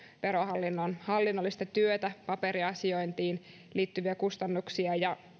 verohallinnon hallinnollista työtä paperiasiointiin liittyviä kustannuksia ja